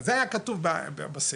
זה היה כתוב בסעיף.